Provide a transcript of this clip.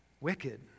wicked